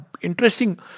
interesting